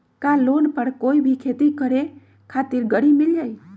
का लोन पर कोई भी खेती करें खातिर गरी मिल जाइ?